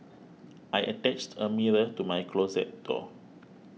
I attached a mirror to my closet door